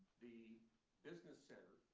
the business center,